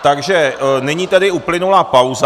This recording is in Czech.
Takže nyní tedy uplynula pauza.